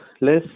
list